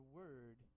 word